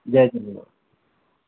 Jay Jhulelal